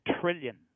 trillion